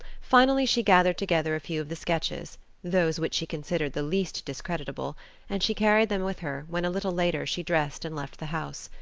finally she gathered together a few of the sketches those which she considered the least discreditable and she carried them with her when, a little later, she dressed and left the house.